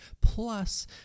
plus